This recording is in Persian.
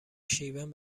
شیون